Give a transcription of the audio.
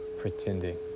pretending